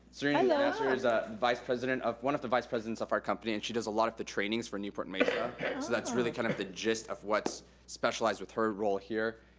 serene and nasser is ah vice president of, one of the vice presidents of our company. and she does a lot of the trainings for newport-mesa, so that's really kind of the gist of what's specialized with her role here.